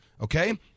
okay